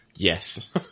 yes